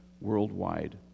worldwide